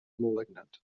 malignant